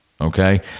Okay